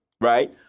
right